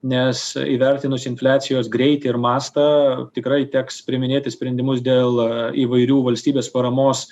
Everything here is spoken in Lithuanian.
nes įvertinus infliacijos greitį ir mastą tikrai teks priiminėti sprendimus dėl įvairių valstybės paramos